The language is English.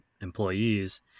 employees